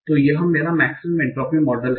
तो यह मेरा मेक्सिमम एन्ट्रापी मॉडल है